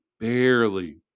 barely